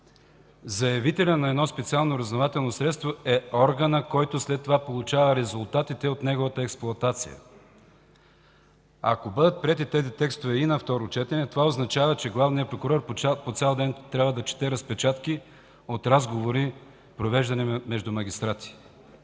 заявителят на едно специално разузнавателно средство е органът, който след това получава резултатите от неговата експлоатация. Ако бъдат приети тези текстове и на второ четене, това означава, че главният прокурор по цял ден трябва да чете разпечатки от разговори, провеждани между магистрати.